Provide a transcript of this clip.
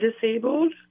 disabled